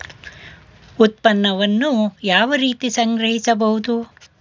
ಉತ್ಪನ್ನವನ್ನು ಯಾವ ರೀತಿ ಸಂಗ್ರಹಿಸಬಹುದು?